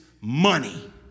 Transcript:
money